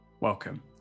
Welcome